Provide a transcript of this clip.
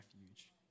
refuge